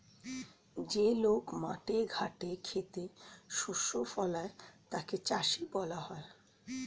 যে লোক মাঠে ঘাটে খেতে শস্য ফলায় তাকে চাষী বলা হয়